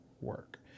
work